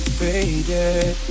faded